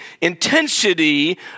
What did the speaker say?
intensity